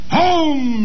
home